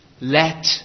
Let